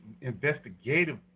investigative